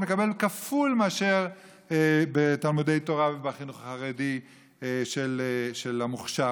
מקבל כפול מאשר בתלמודי תורה ובחינוך חרדי של המוכש"ר,